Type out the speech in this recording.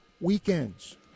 weekends